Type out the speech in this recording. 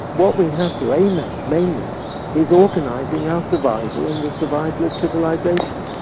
what we have to aim at mainly is organising our survival and the survival of civilisation,